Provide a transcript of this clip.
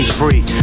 free